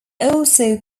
also